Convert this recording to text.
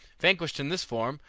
vanquished in this form,